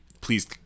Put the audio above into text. Please